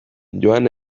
joan